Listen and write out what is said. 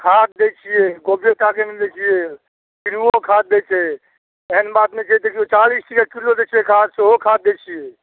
खाद दऽ छिए गोबरेटाके नहि दै छिए किनुओ खाद दै छै एहन बात नहि छै देखिऔ चालिस टके किलो दै छै खाद सेहो खाद दै छिए